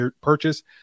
purchase